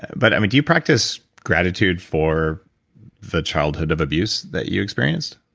but ah do you practice gratitude for the childhood of abuse that you experienced?